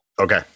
Okay